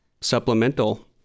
supplemental